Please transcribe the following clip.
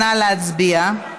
נא להצביע.